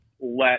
let